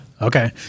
Okay